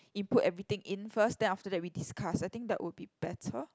input everything in first then after that we discuss I think that would be better